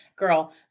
Girl